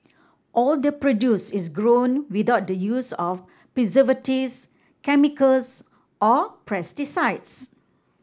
all the produce is grown without the use of preservatives chemicals or pesticides